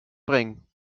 bringen